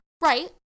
Right